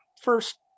first